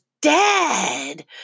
dead